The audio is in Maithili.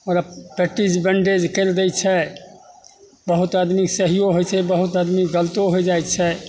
ओकरा पट्टीसे बैण्डेज करि दै छै बहुत आदमी सहिओ होइ छै बहुत आदमी गलतो हो जाइ छै